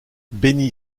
benny